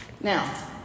now